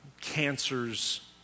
cancers